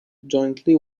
jointly